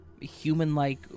human-like